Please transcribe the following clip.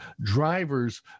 drivers